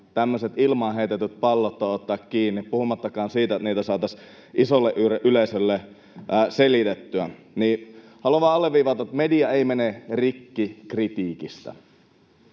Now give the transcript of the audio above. tämmöiset ilmaan heitetyt pallot on ottaa kiinni, puhumattakaan siitä, että niitä saataisiin isolle yleisölle selitettyä. Haluan vain alleviivata, että media ei mene rikki kritiikistä.